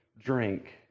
drink